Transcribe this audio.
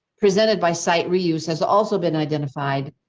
presented by site reuse has also been identified.